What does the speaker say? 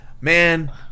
man